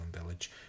Village